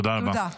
תודה.